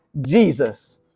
Jesus